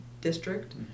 district